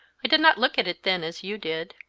i did not look at it then as you did.